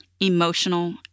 Emotional